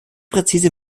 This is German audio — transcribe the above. präzise